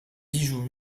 bijoux